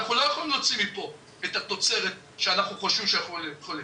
אנחנו לא יכולים להוציא מפה את התוצרת שאנחנו חושבים שיש לנו יכולת.